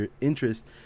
interest